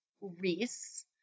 Reese